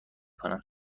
کنم